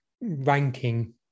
ranking